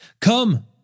Come